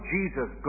Jesus